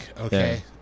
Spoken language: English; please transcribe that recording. okay